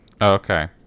okay